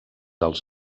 als